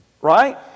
right